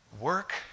Work